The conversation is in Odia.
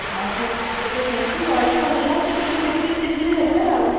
ଆଉ ସେ ମଣିଷ ତ ସେମିତି ବୟସ୍କ ହେଲା ସେ ଟିକେ ଚିଡ଼ ଚିଡ଼ ଚିଡ଼ ଚିଡ଼ ହେବେ ଆଉ